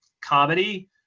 comedy